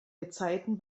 gezeiten